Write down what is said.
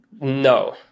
no